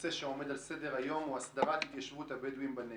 הנושא שעומד על סדר-היום הוא: הסדרת התיישבות הבדואים בנגב.